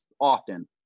often